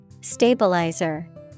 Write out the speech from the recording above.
Stabilizer